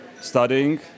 studying